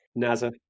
NASA